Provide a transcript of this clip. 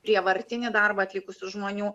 prievartinį darbą atlikusių žmonių